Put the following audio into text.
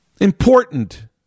Important